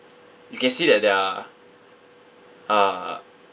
you can see that they're uh